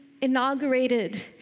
inaugurated